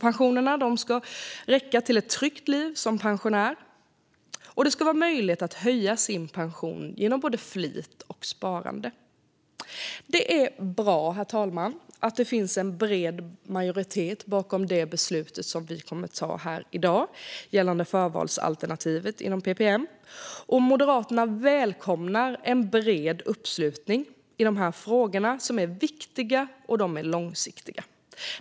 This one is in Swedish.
Pensionen ska räcka till ett tryggt liv som pensionär, och det ska vara möjligt att höja sin pension genom flit och sparande. Det är bra, herr talman, att det finns en bred majoritet bakom beslutet som vi kommer att fatta här i dag gällande förvalsalternativet inom ppm. Moderaterna välkomnar en bred uppslutning i dessa viktiga och långsiktiga frågor.